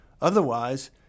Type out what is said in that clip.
Otherwise